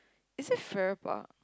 is it Farrer Park